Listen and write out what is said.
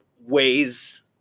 ways